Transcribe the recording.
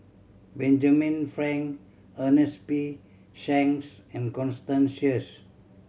Benjamin Frank Ernest P Shanks and Constant Sheares